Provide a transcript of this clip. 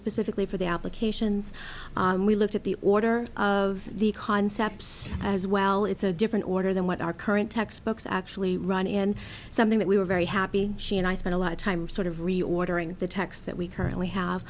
specifically for the applications we looked at the order of the concepts as well it's a different order than what our current textbooks actually run and something that we were very happy she and i spent a lot of time sort of reordering the text that we currently have